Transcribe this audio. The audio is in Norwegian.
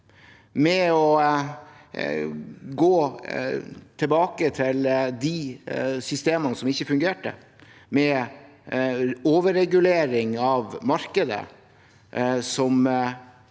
med å gå tilbake til de systemene som ikke fungerte, med overregulering av markedet,